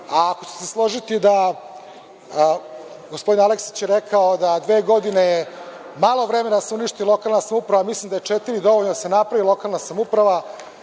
a ako ćete se složiti… Gospodin Aleksić je rekao da je dve godine malo vremena da se uništi lokalna samouprava, a mislim da je četiri dovoljno da se napravi lokalna samouprava,